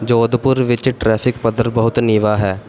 ਜੋਧਪੁਰ ਵਿੱਚ ਟ੍ਰੈਫਿਕ ਪੱਧਰ ਬਹੁਤ ਨੀਵਾਂ ਹੈ